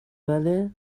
بله